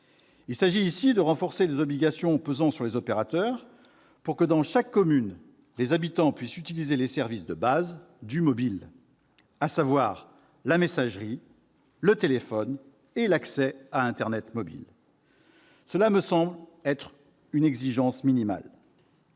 Il s'agit de renforcer les obligations pesant sur les opérateurs, pour que, dans chaque commune, les habitants puissent utiliser les services « de base » du mobile, à savoir la messagerie, le téléphone et l'accès à l'internet mobile. Cela me semble être une exigence minimale.